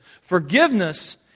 Forgiveness